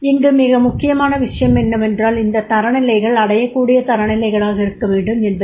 இங்கு மிக முக்கியமான விஷயம் என்னவென்றால் இந்த தரநிலைகள் அடையக்கூடிய தரநிலைகளாக இருக்கவேண்டும் என்பதே